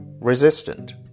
resistant